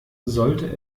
sollte